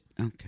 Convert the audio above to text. Okay